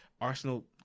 Arsenal